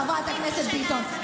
חברת הכנסת ביטון.